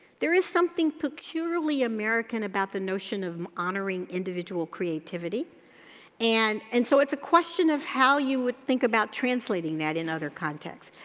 there is something peculiarly american about the notion of honoring individual creativity and and so it's a question of how you would think about translating translating that in other context.